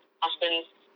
husband's